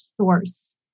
source